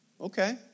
Okay